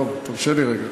דב, תרשה לי רגע.